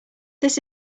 this